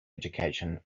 education